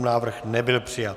Návrh nebyl přijat.